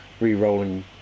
re-rolling